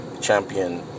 champion